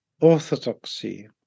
orthodoxy